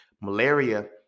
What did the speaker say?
Malaria